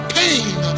pain